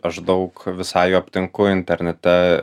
aš daug visai aptinku internete